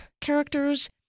characters